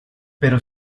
pero